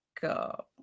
go